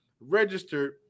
registered